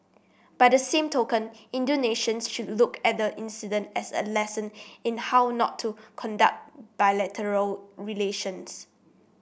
by the same token Indonesians should look at the incident as a lesson in how not to conduct bilateral relations